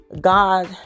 God